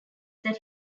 that